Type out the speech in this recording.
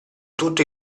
tutto